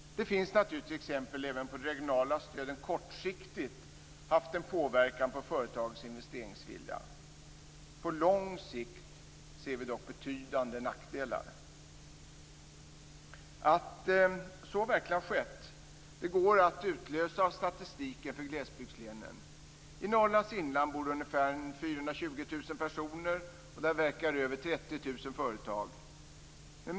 Det finns naturligtvis även exempel på att de regionala stöden kortsiktigt haft en påverkan på företagens investeringsvilja. På lång sikt ser vi dock betydande nackdelar. Att så verkligen har skett går att utläsa av statistiken för glesbygdslänen. I Norrlands inland bor det ungefär 420 000 personer och där verkar över 30 000 företag.